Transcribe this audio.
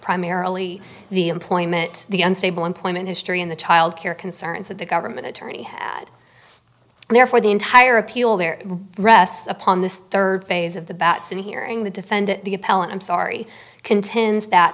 primarily the employment the unstable employment history in the child care concerns that the government attorney had and therefore the entire appeal there rests upon this third phase of the bateson hearing the defendant the appellant i'm sorry contends that